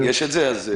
אם יש את זה אז...